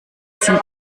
sind